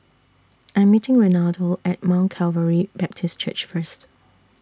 I Am meeting Renaldo At Mount Calvary Baptist Church First